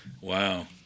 wow